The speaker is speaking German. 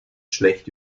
schlecht